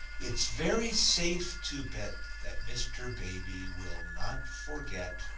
it's very safe to bet that mr. baby will not forget,